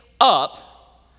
up